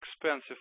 expensive